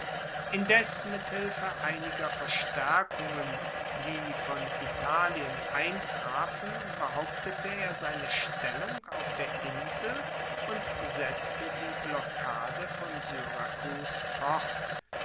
indes mit hilfe einiger verstaerkungen die von italien eintrafen behauptete er seine stellung auf der insel und setzte die blockade von syrakus fort